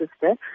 sister